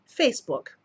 Facebook